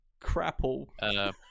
Crapple